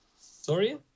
Sorry